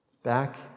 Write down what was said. Back